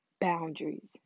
boundaries